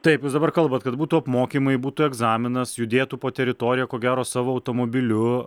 taip jūs dabar kalbat kad būtų apmokymai būtų egzaminas judėtų po teritoriją ko gero savo automobiliu